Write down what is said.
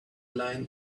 line